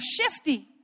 shifty